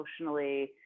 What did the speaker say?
emotionally